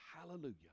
hallelujah